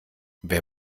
wer